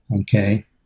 okay